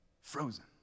frozen